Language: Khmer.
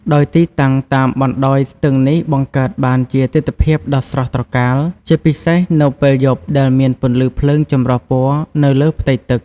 ដោយទីតាំងតាមបណ្តោយស្ទឹងនេះបង្កើតបានជាទិដ្ឋភាពដ៏ស្រស់ត្រកាល ជាពិសេសនៅពេលយប់ដែលមានពន្លឺភ្លើងចម្រុះពណ៌នៅលើផ្ទៃទឹក។